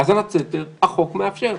האזנת סתר החוק מאפשר.